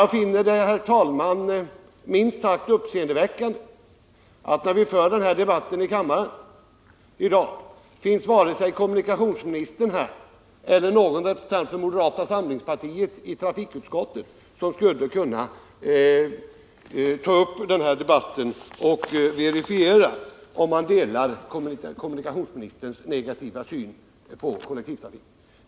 Jag finner det minst sagt uppseendeväckande att när vi för den här debatten i kammaren i dag deltar varken kommunikationsministern eller någon av moderata samlingspartiets representanter i trafikutskottet som skulle kunna verifiera om man delar kommunikationsministerns negativa syn på kollektivtrafiken.